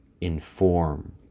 inform